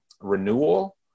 renewal